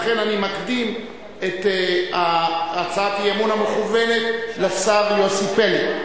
לכן אני מקדים את הצעת האי-אמון המכוונת לשר יוסי פלד,